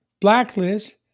blacklist